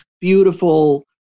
beautiful